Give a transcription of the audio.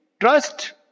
trust